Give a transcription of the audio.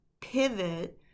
pivot